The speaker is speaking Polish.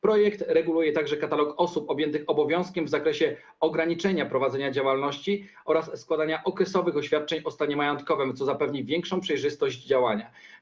Projekt reguluje także katalog osób objętych obowiązkiem w zakresie ograniczenia prowadzenia działalności oraz składania okresowych oświadczeń o stanie majątkowym, co zapewni większą przejrzystość działania.